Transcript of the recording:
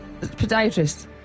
Podiatrist